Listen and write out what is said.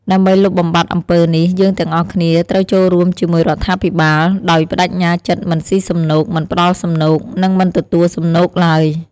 ដើម្បីលុបបំបាត់អំពើនេះ យើងទាំងអស់គ្នាត្រូវចូលរួមជាមួយរដ្ឋាភិបាល ដោយប្ដេជ្ញាចិត្តមិនស៊ីសំណូក មិនផ្ដល់សំណូក និងមិនទទួលសំណូកឡើយ។